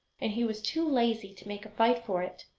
and he was too lazy to make a fight for it.